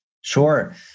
Sure